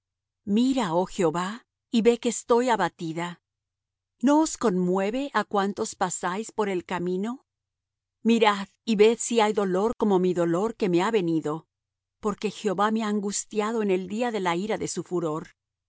mira oh jehová y ve que estoy abatida no os conmueve á cuantos pasáis por el camino mirad y ved si hay dolor como mi dolor que me ha venido porque jehová me ha angustiado en el día de la ira de su furor